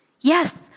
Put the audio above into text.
Yes